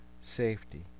safety